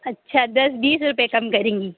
اچھا دس بیس روپئے کم کریں گی